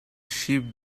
sheep